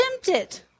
tempted